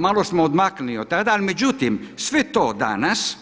Malo smo odmakli od tada, ali međutim sve to danas,